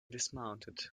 dismounted